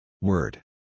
Word